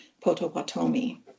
Potawatomi